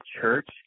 church